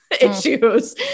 issues